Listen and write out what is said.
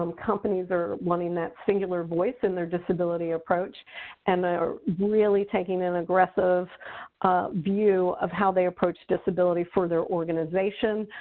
um companies are wanting that singular voice in their disability approach and are really taking an aggressive view of how they approach disability for their organization,